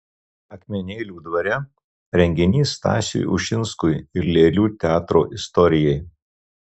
akmenėlių dvare renginys stasiui ušinskui ir lėlių teatro istorijai